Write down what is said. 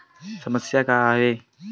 समस्या का आवे?